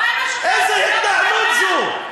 איזה התנהלות זו?